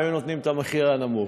היו נותנים את המחיר הנמוך,